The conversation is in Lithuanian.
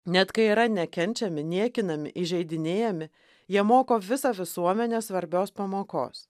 net kai yra nekenčiami niekinami įžeidinėjami jie moko visą visuomenę svarbios pamokos